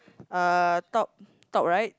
uh top top right